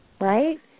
right